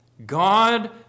God